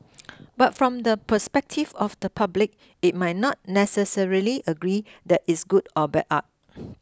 but from the perspective of the public it might not necessarily agree that it's good or bad art